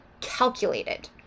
calculated